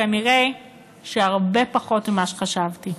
כנראה שהרבה פחות ממה שחשבתי.